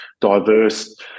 diverse